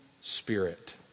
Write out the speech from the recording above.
Spirit